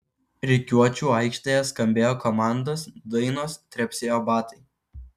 rikiuočių aikštėje skambėjo komandos dainos trepsėjo batai